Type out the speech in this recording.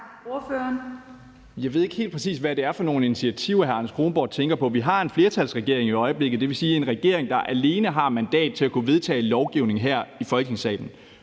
Jeg ved ikke helt præcis, hvad det er for nogle initiativer, hr. Anders Kronborg tænker på. Vi har en flertalsregering i øjeblikket, og det vil sige, at det er en regering, der alene har mandat til at kunne vedtage lovgivning her i Folketingssalen.